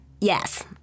Yes